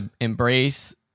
embrace